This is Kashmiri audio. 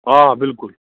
آ بِلکُل